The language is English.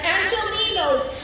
Angelinos